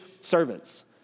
servants